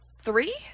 Three